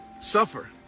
Suffer